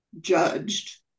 judged